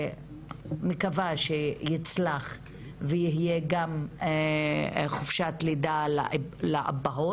אני מקווה שיצלח ויהיה גם חופשת לידה לאבות